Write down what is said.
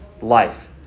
life